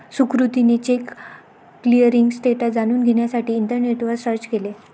सुकृतीने check clearing status जाणून घेण्यासाठी इंटरनेटवर सर्च केले